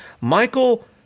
Michael